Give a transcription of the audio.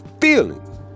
feeling